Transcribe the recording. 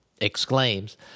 exclaims